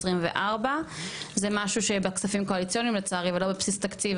2023-2024. זה משהו שבכספים קואליציוניים לצערי ולא בבסיס תקציב.